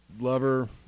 lover